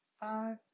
five